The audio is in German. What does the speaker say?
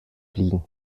fliegen